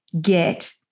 get